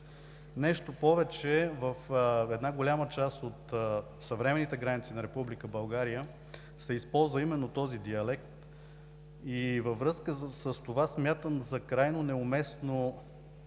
Нещо повече, в една голяма част от съвременните граници на Република България се използва именно този диалект. Във връзка с това смятам за крайно неуместно